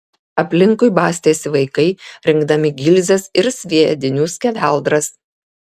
aplinkui bastėsi vaikai rinkdami gilzes ir sviedinių skeveldras